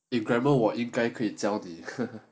if grammer 我应该应该可以教你